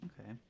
Okay